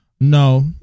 No